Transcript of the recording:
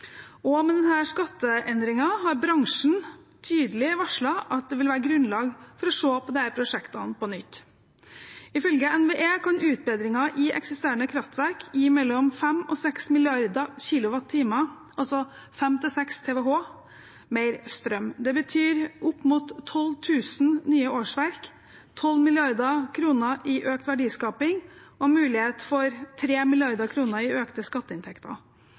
og med denne skatteendringen har bransjen tydelig varslet at det vil være grunnlag for å se på disse prosjektene på nytt. Ifølge NVE kan utbedringer i eksisterende kraftverk gi mellom 5 og 6 mrd. kilowattimer, altså 5–6 TWh, mer strøm. Det betyr opp mot 12 000 nye årsverk, 12 mrd. kr i økt verdiskaping og mulighet for 3 mrd. kr i økte skatteinntekter.